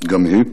גם היא.